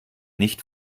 nicht